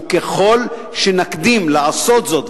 וככל שנקדים לעשות זאת,